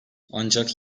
ancak